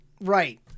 right